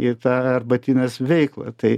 į tą arbatinės veiklą tai